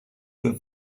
für